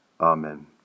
Amen